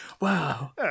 wow